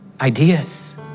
ideas